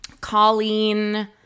Colleen